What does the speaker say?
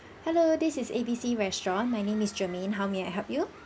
hello this is ABC restaurant my name is germaine how may I help you